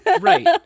right